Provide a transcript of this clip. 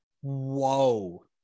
Whoa